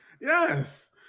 yes